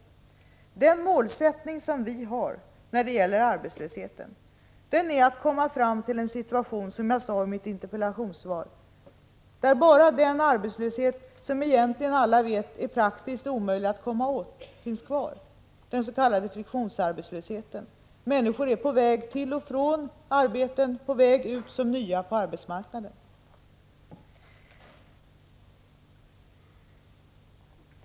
Som jag sade i mitt interpellationssvar är vår målsättning när det gäller arbetslösheten att komma fram till en situation där bara den arbetslöshet som är praktiskt omöjlig att komma åt finns kvar, nämligen den s.k. friktionsarbetslösheten, som uppstår därför att människor är på väg till eller från anställningar eller på väg ut som nya på arbetsmarknaden.